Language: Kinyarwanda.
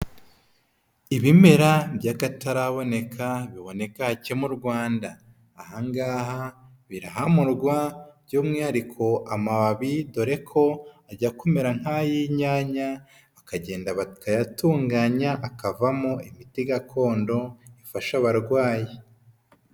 Ibimera by'akataraboneka biboneka hake mu Rwanda, aha ngaha birahamurwa by'umwihariko amababi dore ko ajya kumera nk'ay'inyanya, bakagenda bakayatunganya akavamo imiti gakondo ifasha abarwayi.